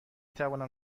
توانم